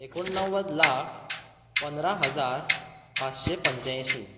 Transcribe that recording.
एकुणणव्वद लाख पंदरा हजार पांचशें पंच्यांयशीं